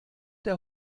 der